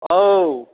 औ